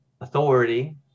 authority